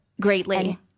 greatly